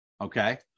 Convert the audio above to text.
okay